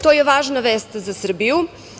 To je važna vest za Srbiju.